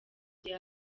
igihe